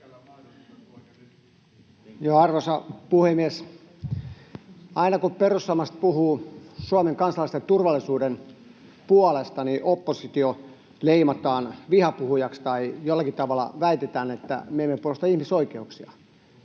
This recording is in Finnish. Arvoisa puhemies! Aina kun perussuomalaiset puhuvat Suomen kansalaisten turvallisuuden puolesta, oppositio leimataan vihapuhujaksi tai jollakin tavalla väitetään, että me emme puolusta ihmisoikeuksia.